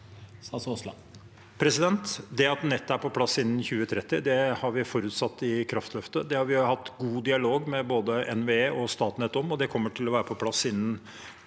Det at nettet er på plass innen 2030, har vi forutsatt i kraftløftet. Det har vi hatt god dialog med både NVE og Statnett om, og det kommer til å være på plass innen 2030.